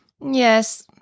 Yes